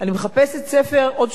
עוד שלושה ספרים,